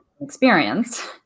Experience